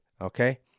okay